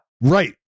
Right